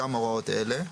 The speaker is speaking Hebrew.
גם הוראות אלה: